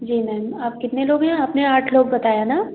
जी ma'am आप कितने लोग हैं आपने आठ लोग बताया ना